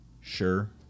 sure